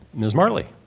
ms. martley.